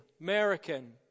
American